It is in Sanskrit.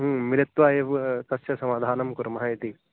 मिलित्वा एव तस्य समाधानं कुर्मः इति